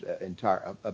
entire